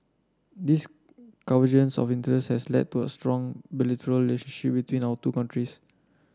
this convergence of interest has led to a strong bilateral relationship between our two countries